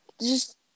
just-